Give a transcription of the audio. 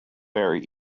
very